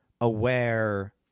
aware